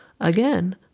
Again